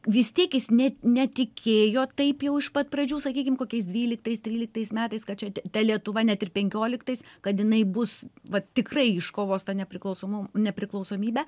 vis tiek jis net netikėjo taip jau iš pat pradžių sakykim kokiais dvyliktais tryliktais metais kad čia ta lietuva net ir penkioliktais kad jinai bus vat tikrai iškovos tą nepriklausomu nepriklausomybę